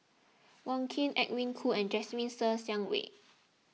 Wong Keen Edwin Koo and Jasmine Ser Xiang Wei